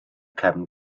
cefn